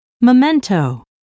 Memento